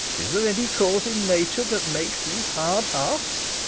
is there any cause in nature that makes these hard hearts